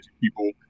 people